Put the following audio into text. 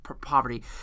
poverty